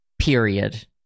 Period